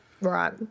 Right